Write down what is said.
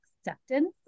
acceptance